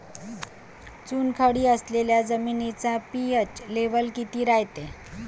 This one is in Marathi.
चुनखडी असलेल्या जमिनीचा पी.एच लेव्हल किती रायते?